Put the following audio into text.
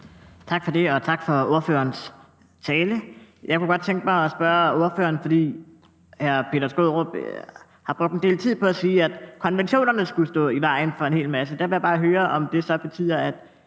Tak for det, og tak for ordførerens tale. Jeg kunne godt tænke mig at spørge ordføreren om noget. For hr. Peter Skaarup har brugt en del tid på at sige, at konventionerne skulle stå i vejen for en hel masse, og der vil jeg bare høre, om det så betyder, at